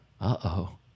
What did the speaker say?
Uh-oh